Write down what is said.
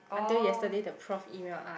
until yesterday the prof email us